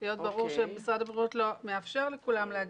להיות ברור שמשרד הבריאות לא מאפשר לכולם להגיע.